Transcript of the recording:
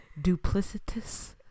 Duplicitous